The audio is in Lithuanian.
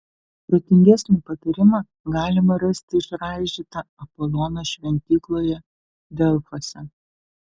protingesnį patarimą galima rasti išraižytą apolono šventykloje delfuose